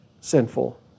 sinful